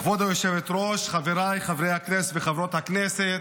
כבוד היושבת-ראש, חבריי חברי הכנסת וחברות הכנסת,